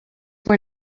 were